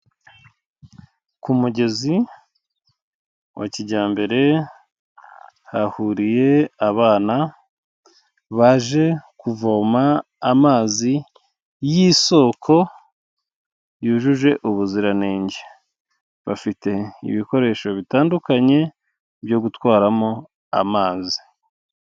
Ku mugezi wa kijyambere hahuriye abana baje kuvoma amazi y'isoko yujuje ubuziranenge. Bafite ibikoresho bitandukanye byo gutwaramo amazi.